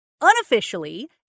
Unofficially